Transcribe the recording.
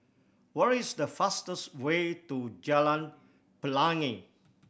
what is the fastest way to Jalan Pelangi